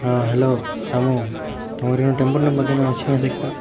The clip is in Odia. ହଁ ହ୍ୟାଲୋ ରାମୁ ତମର ଏନ ଟେମ୍ପଲୁ କେନ ଅଛେ ଦେଖ ତ